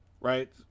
right